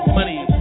money